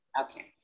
Okay